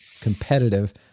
competitive